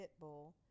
Pitbull